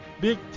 big